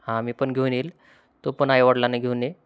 हां मी पण घेऊन येईल तू पण आई वडिलांना घेऊन ये